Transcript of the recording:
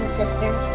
sisters